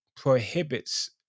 prohibits